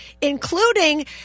including